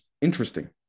Interesting